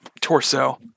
torso